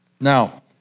Now